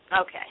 Okay